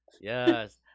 Yes